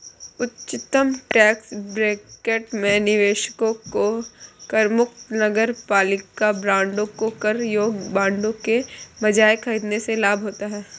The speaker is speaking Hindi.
उच्चतम टैक्स ब्रैकेट में निवेशकों को करमुक्त नगरपालिका बांडों को कर योग्य बांडों के बजाय खरीदने से लाभ होता है